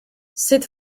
sut